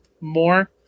more